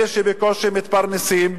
אלה שבקושי מתפרנסים,